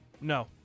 No